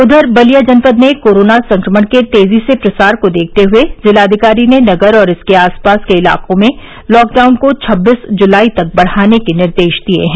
उधर बलिया जनपद में कोरोना संक्रमण के तेजी से प्रसार को देखते हुए जिलाधिकारी ने नगर और इसके आसपास के इलाकों में लॉकडाउन को छब्बीस जुलाई तक बढ़ाने के निर्देश दिए हैं